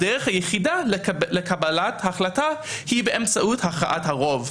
הדרך היחידה לקבלת החלטה היא באמצעות הכרעת הרוב.